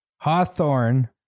Hawthorne